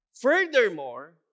Furthermore